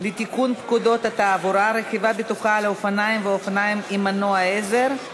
לתיקון פקודת התעבורה (רכיבה בטוחה על אופניים ואופניים עם מנוע עזר),